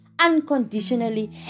unconditionally